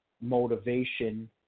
motivation